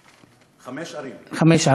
חמש ערים.